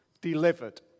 delivered